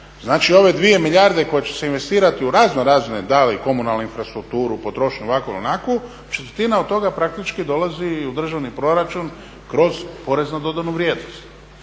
znači ove dvije milijarde koje će se investirati u raznorazna davanja, komunalnu infrastrukturu, potrošnju ovakvu i onakvu, četvrtina od toga praktički dolazi i u državni proračun kroz porez na dodanu vrijednost.